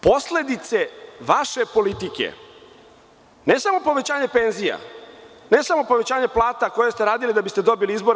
Posledice vaše politike, ne samo povećanje penzija, ne samo povećanje plate, koje ste radili da biste dobili izbore…